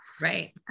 Right